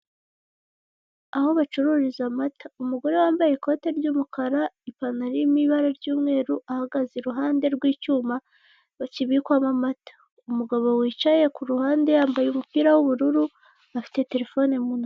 Aho bacururiza amata, umugore wambaye ikoti ry'umukara, ipantaro iri mu ibara ry'umweru, ahagaze iruhande rw'icyuma kibikwamo amata. Umugabo wicaye ku ruhande yambaye umupira w'ubururu afite telefone mu ntoki.